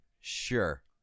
Sure